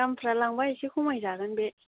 दामफ्रा लांबा एसे खमायजागोन बे